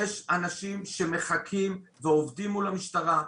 יש אנשים שמחכים ועובדים מול המשטרה,